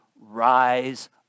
rise